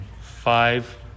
five